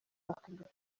bakanga